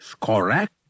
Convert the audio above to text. correct